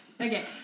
Okay